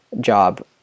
job